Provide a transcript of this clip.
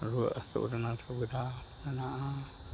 ᱨᱩᱣᱟᱹᱜ ᱦᱟᱥᱩᱜ ᱨᱮᱱᱟᱜ ᱥᱩᱵᱤᱫᱷᱟ ᱢᱮᱱᱟᱜᱼᱟ